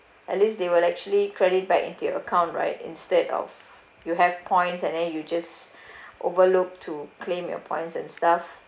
at least they will actually credit back into your account right instead of you have points and then you just overlook to claim your points and stuff